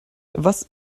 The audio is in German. was